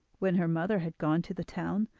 when her mother had gone to the town,